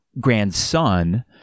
grandson